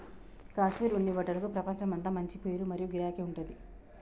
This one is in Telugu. కాశ్మీర్ ఉన్ని బట్టలకు ప్రపంచమంతా మంచి పేరు మరియు గిరాకీ ఉంటది